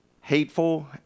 hateful